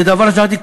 זה דבר שלדעתי,